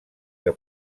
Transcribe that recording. que